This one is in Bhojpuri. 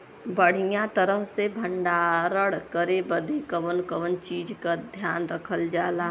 बढ़ियां तरह से भण्डारण करे बदे कवने कवने चीज़ को ध्यान रखल जा?